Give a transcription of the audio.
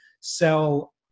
sell